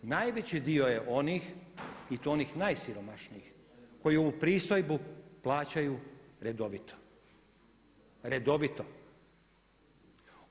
Najveći dio je onih i to onih najsiromašnijih koji ovu pristojbu plaćaju redovito, redovito.